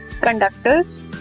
conductors